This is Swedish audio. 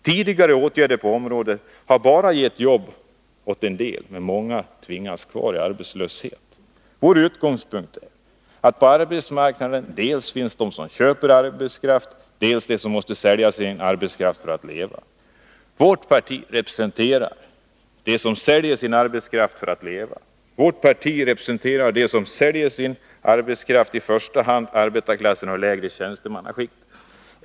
Tidigare åtgärder på området har bara gett jobb åt en del, men många har tvingats att vara kvar i arbetslöshet. Vår utgångspunkt är att på arbetsmarknaden finns dels de som köper arbetskraft, dels de som måste sälja sin arbetskraft för att leva. Vårt parti representerar dem som säljer sin arbetskraft för att kunna leva. Vårt parti representerar i första hand arbetarklassen och det lägre tjänstemannaskiktet.